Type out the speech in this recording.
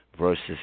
versus